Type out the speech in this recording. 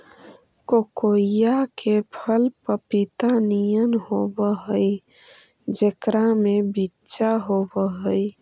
कोकोइआ के फल पपीता नियन होब हई जेकरा में बिच्चा होब हई